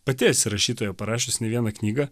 pati esi rašytoja parašiusi ne vieną knygą